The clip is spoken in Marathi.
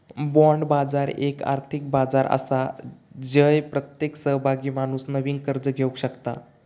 बाँड बाजार एक आर्थिक बाजार आसा जय प्रत्येक सहभागी माणूस नवीन कर्ज घेवक शकता